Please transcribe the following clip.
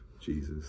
Jesus